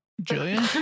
Julian